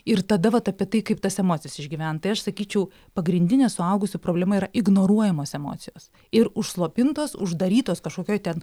ir tada vat apie tai kaip tas emocijas išgyvent tai aš sakyčiau pagrindinė suaugusių problema yra ignoruojamos emocijos ir užslopintos uždarytos kažkokioj ten